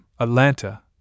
Atlanta